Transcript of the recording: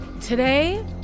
Today